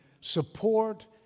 support